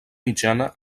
mitjana